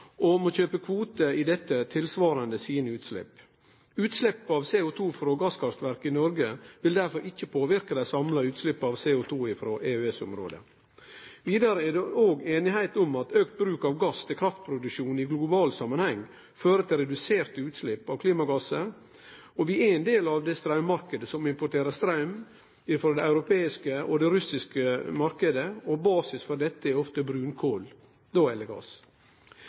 og må kjøpe kvotar i dette tilsvarande sine utslepp. Utslepp av CO2 frå gasskraftverk i Noreg vil derfor ikkje påverke det samla utsleppet av CO2 frå EØS-området. Vidare er det òg einigheit om at auka bruk av gass til kraftproduksjon i global samanheng fører til reduserte utslepp av klimagassar. Vi er ein del av den straummarknaden som importerer straum frå den europeiske og den russiske marknaden, og basis for dette er ofte brunkol